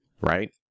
Right